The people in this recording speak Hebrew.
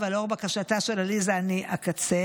אבל לאור בקשתה של עליזה אני אקצר,